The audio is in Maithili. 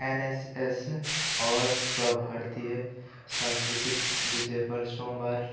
एन एस एस आओर स्वभारतीय सांस्कृतिक विषय हर सोमवार